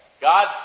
God